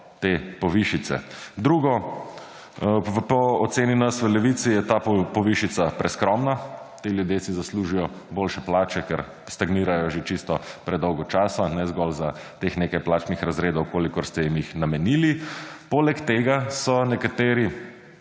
te povišice. Drugo. Po oceni nas v Levici je ta povišica preskromna. Ti ljudje si zaslužijo boljše plače, ker stagnirajo že čisto predolgo časa ne zgolj za teh nekaj plačnih razredov kolikor ste jim jih namenili. Poleg tega so nekateri